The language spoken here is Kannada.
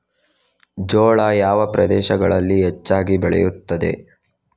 ಜೋಳ ಯಾವ ಪ್ರದೇಶಗಳಲ್ಲಿ ಹೆಚ್ಚಾಗಿ ಬೆಳೆಯುತ್ತದೆ?